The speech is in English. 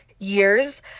years